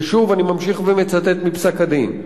ושוב, אני ממשיך ומצטט מפסק-הדין: